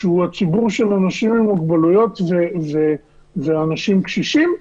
שהוא הציבור של אנשים עם מוגבלויות ואנשים קשישים,